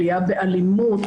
עלייה באלימות,